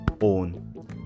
own